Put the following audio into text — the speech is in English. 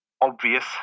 obvious